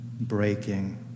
breaking